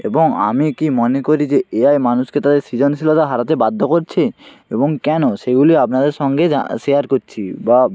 এবং আমি কি মনে করি যে এ আই মানুষকে তাদের সৃজনশীলতা হারাতে বাধ্য করছে এবং কেন সেগুলি আপনাদের সঙ্গে যা শেয়ার করছি বা